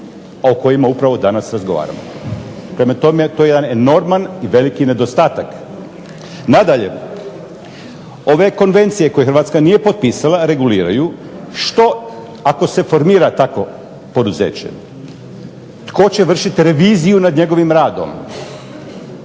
o kojima upravo danas razgovaramo. Prema tome, to je jedan enorman i veliki nedostatak. Nadalje, ove konvencije koje HRvatska nije potpisala reguliraju što ako se formira takvo poduzeće? Tko će vršiti reviziju nad njegovim radom?